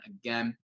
again